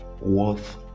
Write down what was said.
worth